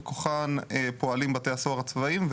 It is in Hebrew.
מכוחן פועלים בתי הסוהר הצבאיים,